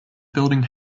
building